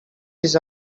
his